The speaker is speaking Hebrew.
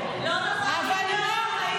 לימור,